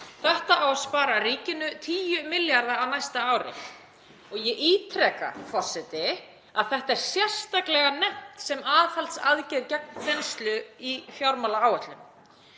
Þetta á að spara ríkinu 10 milljarða á næsta ári. Ég ítreka, forseti, að þetta er sérstaklega nefnt sem aðhaldsaðgerð gegn þenslu í fjármálaáætlun.